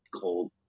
cold